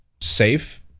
safe